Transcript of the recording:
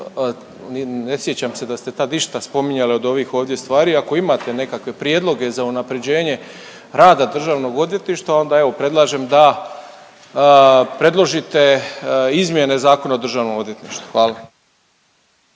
ne sjećam se da ste tad išta spominjali od ovih ovdje stvari. Ako imate nekakve prijedloge za unaprjeđenje rada DORH-a, onda evo, predlažem da predložite izmjene Zakona o državnom odvjetništvu. Hvala.